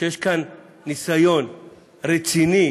שיש כאן ניסיון רציני